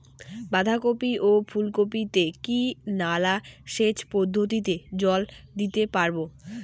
বাধা কপি ও ফুল কপি তে কি নালা সেচ পদ্ধতিতে জল দিতে পারবো?